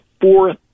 four